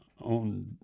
on